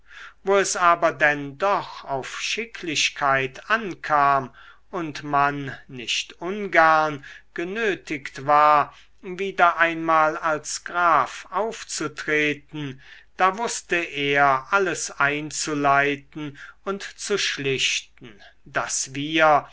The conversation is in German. wo es aber denn doch auf schicklichkeit ankam und man nicht ungern genötigt war wieder einmal als graf aufzutreten da wußte er alles einzuleiten und zu schlichten daß wir